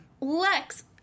Lex